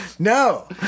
No